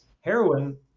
heroin